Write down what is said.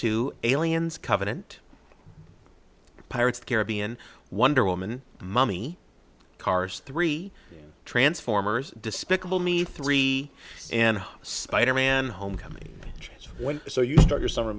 to aliens covenant pirates caribbean wonder woman mommy cars three transformers despicable me three and spider man homecoming so you start your summer